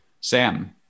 Sam